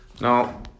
Now